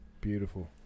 beautiful